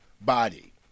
body